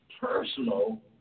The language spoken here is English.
Personal